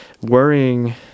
worrying